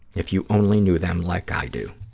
if you only knew them like i do.